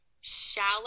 shallow